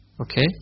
Okay